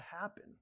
happen